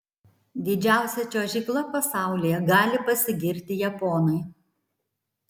didžiausia čiuožykla pasaulyje gali pasigirti japonai